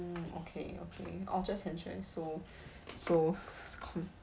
mm okay okay orchard central is so so con~